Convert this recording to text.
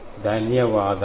ధన్యవాదాలు